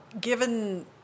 Given